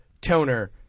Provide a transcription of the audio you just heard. toner